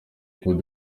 coup